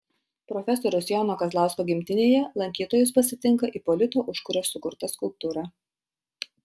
profesoriaus jono kazlausko gimtinėje lankytojus pasitinka ipolito užkurio sukurta skulptūra